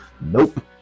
Nope